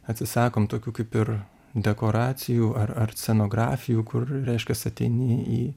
atsisakom tokių kaip ir dekoracijų ar ar scenografijų kur reiškias ateini į